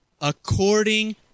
according